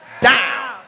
down